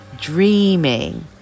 dreaming